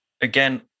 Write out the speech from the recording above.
again